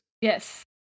Yes